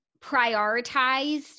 prioritized